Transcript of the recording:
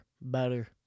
better